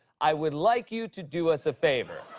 i would like you to do us a favor.